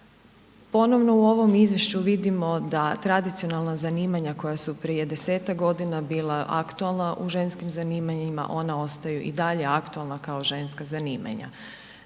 Ponovno u ovom Izvješću vidimo da tradicionalna zanimanja koja su prije 10-tak godina bila aktualna u ženskim zanimanjima ona ostaju i dalje aktualna kao ženska zanimanja.